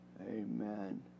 Amen